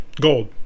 gold